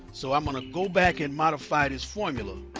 so, i'm gonna go back and modify this formula.